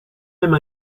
même